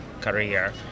career